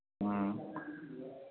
ह्म्म